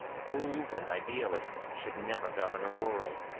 fools and idealists should never govern a world.